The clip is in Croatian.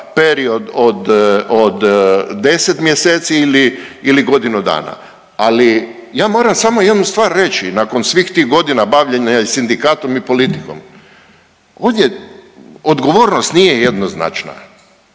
period od, od 10 mjeseci ili, ili godinu dana, ali ja moram samo jednu stvar reći nakon svih tih godina bavljenja i sindikatom i politikom. Ovdje odgovornost nije jednoznačna,